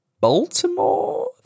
Baltimore